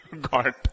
God